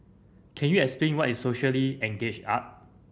can you explain what is socially engaged art